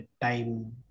time